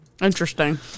Interesting